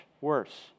worse